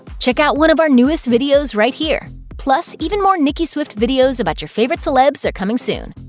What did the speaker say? check out one of our newest videos right here! plus, even more nicki swift videos about your favorite celebs are coming soon.